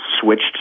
switched